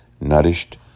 nourished